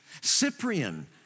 Cyprian